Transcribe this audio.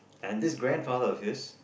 and this grandfather of his